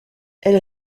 elle